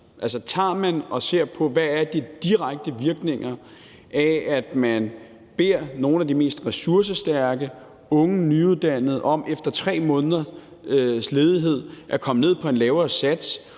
tager man og ser på, hvad der er de direkte virkninger af, at man beder nogle af de mest ressourcestærke unge nyuddannede om efter 3 måneders ledighed at komme ned på en lavere sats,